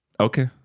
Okay